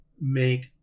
make